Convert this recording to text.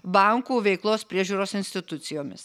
bankų veiklos priežiūros institucijomis